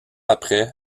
après